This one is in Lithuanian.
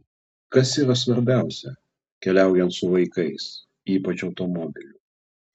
kas yra svarbiausia keliaujant su vaikais ypač automobiliu